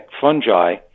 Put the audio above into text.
fungi